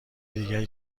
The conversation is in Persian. دیگری